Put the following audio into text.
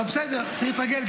אבל בסדר, צריך להתרגל.